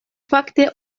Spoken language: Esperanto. fakte